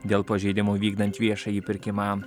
dėl pažeidimų vykdant viešąjį pirkimą